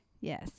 Yes